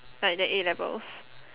like than A-levels